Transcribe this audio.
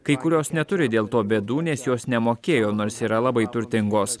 kai kurios neturi dėl to bėdų nes jos nemokėjo nors yra labai turtingos